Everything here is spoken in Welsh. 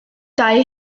dau